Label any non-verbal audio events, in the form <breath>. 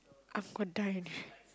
I'm gonna die anyway <breath>